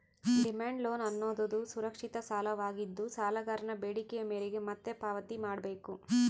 demand loan ಅನ್ನೋದುದು ಸುರಕ್ಷಿತ ಸಾಲವಾಗಿದ್ದು, ಸಾಲಗಾರನ ಬೇಡಿಕೆಯ ಮೇರೆಗೆ ಮತ್ತೆ ಪಾವತಿ ಮಾಡ್ಬೇಕು